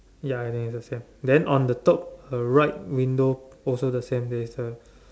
ya I think it's the same then on the top uh right window also the same there is a